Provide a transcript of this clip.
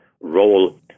role